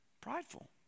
Prideful